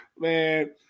Man